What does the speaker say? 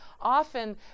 often